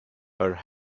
her